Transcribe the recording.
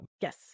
Yes